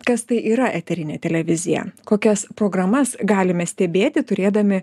kas tai yra eterinė televizija kokias programas galime stebėti turėdami